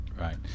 Right